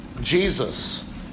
Jesus